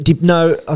No